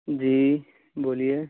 جی بولیے